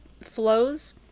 flows